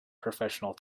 professional